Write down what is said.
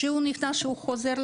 כשהוא נכנס לארץ,